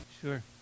Sure